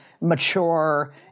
mature